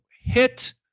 hit